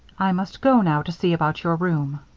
i must go now to see about your room.